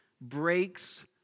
breaks